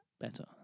better